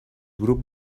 grup